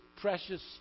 precious